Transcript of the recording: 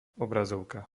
obrazovka